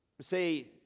Say